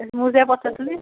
ମୁଁ ଯା ପଚାରିଥିଲି